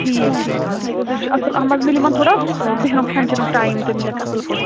ٹھیٖک ٹھیٖک ٹھیٖک حظ سُہ حظ چھِ اَصٕل اَتھ منٛز مِلہِ یِمَن تھوڑا کھیٚن چھیٚنُک ٹایِم تہِ مِلِکھ اَصٕل پٲٹھۍ